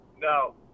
No